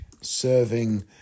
serving